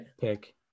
pick